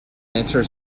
enters